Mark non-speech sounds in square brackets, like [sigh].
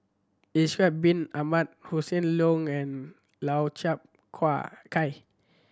Ishak Bin Ahmad Hossan Leong and Lau Chiap [unintelligible] Khai